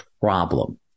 problem